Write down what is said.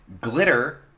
Glitter